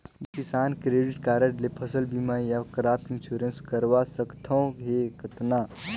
मोला किसान credit card ले फसल बीमा या क्रॉप इंश्योरेंस करवा सकथ हे कतना?